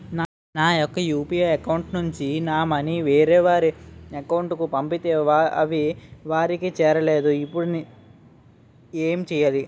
నా యెక్క UPI account నుంచి నా మనీ వేరే వారి అకౌంట్ కు పంపితే అవి వారికి చేరలేదు నేను ఇప్పుడు ఎమ్ చేయాలి?